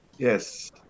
Yes